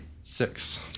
Six